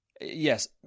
Yes